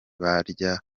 barya